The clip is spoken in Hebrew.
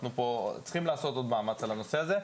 אנחנו צריכים לעשות עוד מאמץ בנושא הזה.